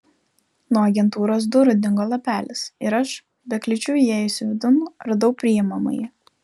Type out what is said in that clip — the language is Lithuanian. nuo agentūros durų dingo lapelis ir aš be kliūčių įėjusi vidun radau priimamąjį